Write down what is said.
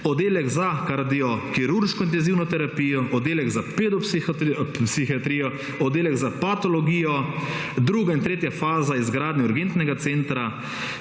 oddelek z kardiokirurško intenzivno terapijo, oddelek za pedopsihiatrijo, oddelek za patologijo, druga in tretja faza izgradnje urgentnega centra,